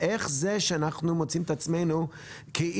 איך זה שאנחנו מוצאים את עצמנו כאילו